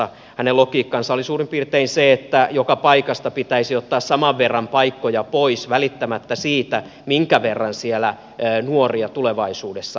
hänen logiikkansa oli suurin piirtein se että joka paikasta pitäisi ottaa saman verran paikkoja pois välittämättä siitä minkä verran siellä on nuoria tulevaisuudessa